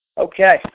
Okay